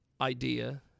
idea